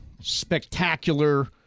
spectacular